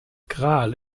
gral